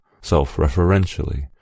self-referentially